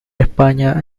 españa